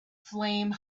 flame